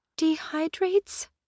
Dehydrates